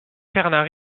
fernand